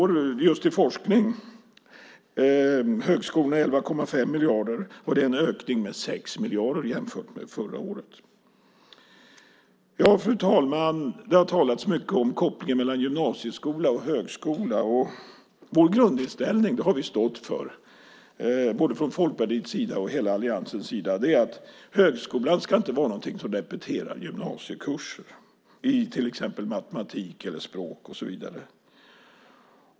I år får högskolorna 11,5 miljarder till just forskning, och det är en ökning med 6 miljarder jämfört med förra året. Fru talman! Det har talats mycket om kopplingen mellan gymnasieskola och högskola. Både vi i Folkpartiet och hela alliansen har stått för vår grundinställning, och den är att högskolan inte ska repetera gymnasiekurser i till exempel matematik eller språk.